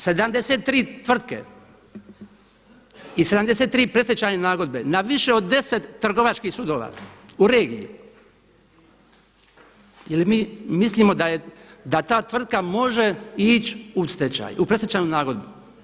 73 tvrtke i 73 predstečajne nagodbe na više od 10 trgovačkih sudova u regiji jel mi mislimo da ta tvrtka može ići u predstečajnu nagodbu.